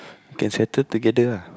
can settle together ah